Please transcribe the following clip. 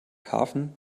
hafen